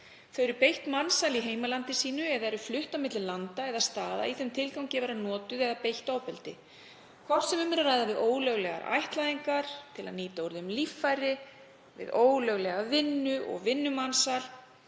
Þau eru beitt mansali í heimalandi sínu eða eru flutt á milli landa eða staða í þeim tilgangi að vera notuð eða beitt ofbeldi, hvort sem um er að ræða við ólöglegar ættleiðingar, til að nýta úr þeim líffæri eða við ólöglega vinnu og vinnumansal.